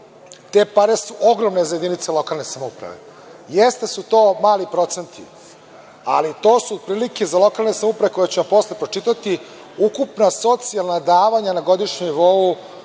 te pare su ogromne za jedinice lokalne samouprave. Jeste da su to mali procenti, ali to su prilike koje ću vam posle pročitati, ukupna socijalna davanja na godišnjem nivou